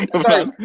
Sorry